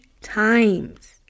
times